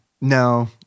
No